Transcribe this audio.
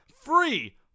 free